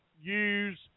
use